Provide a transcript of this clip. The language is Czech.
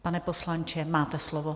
Pane poslanče, máte slovo.